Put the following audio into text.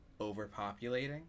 overpopulating